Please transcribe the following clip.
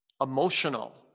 emotional